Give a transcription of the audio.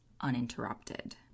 uninterrupted